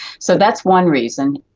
so that's one reason.